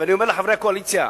ואני אומר לחברי הקואליציה,